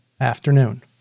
Afternoon